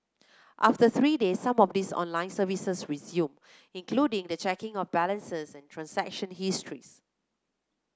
after three days some of this online services resume including the checking of balances and transaction histories